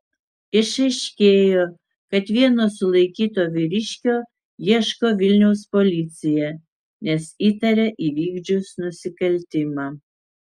išaiškėjo kad vieno sulaikyto vyriškio ieško vilniaus policija nes įtaria įvykdžius nusikaltimą